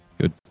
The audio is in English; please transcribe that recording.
Good